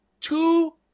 two